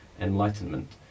enlightenment